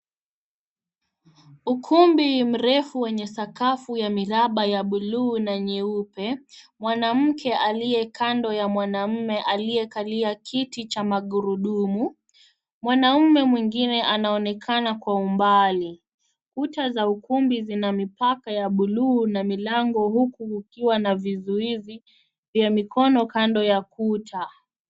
Ukumbi mrefu wenye sakafu ya miraba ya buluu na nyeupe. Mwanamke aliye kando ya mwanaume aliyekalia kiti cha magurudumu. Mwanaume mwingine anaonekana kwa umbali. Kuta za ukumbi zina mipaka ya buluu na milango huku kukiwa na vizuizi vya mikono kando ya kuta.